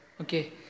okay